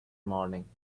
morning